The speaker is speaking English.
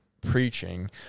preaching